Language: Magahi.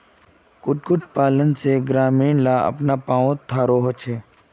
कुक्कुट पालन से ग्रामीण ला अपना पावँ पोर थारो होचे